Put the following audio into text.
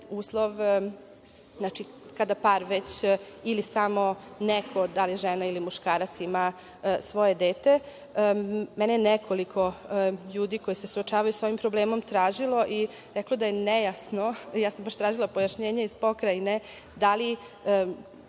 uslov da kada par ili samo neko, da li žena ili muškarac, ima svoje dete. Meni je nekoliko ljudi koji se suočavaju sa ovim problemom tražilo i reklo da je nejasno, tražila sam pojašnjenje iz pokrajine, čak